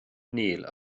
níl